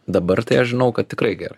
dabar tai aš žinau kad tikrai gerai